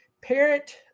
parent